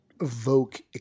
evoke